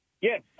Yes